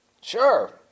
Sure